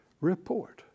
report